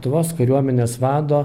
tuvos kariuomenės vado